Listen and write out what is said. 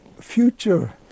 future